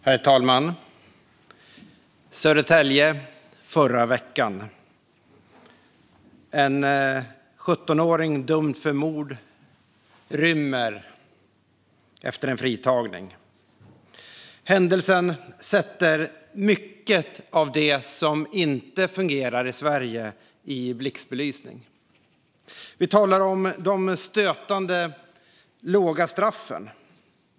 Herr talman! Södertälje i förra veckan: En 17-åring dömd för mord rymmer efter en fritagning. Händelsen sätter mycket av det som inte fungerar i Sverige i blixtbelysning. Vi talar om de stötande låga straffen.